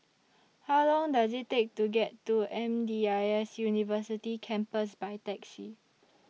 How Long Does IT Take to get to M D I S University Campus By Taxi